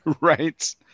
Right